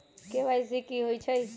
KYC कि होई छई?